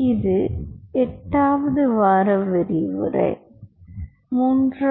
ஓ இது 8 வார விரிவுரை 3